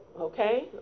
Okay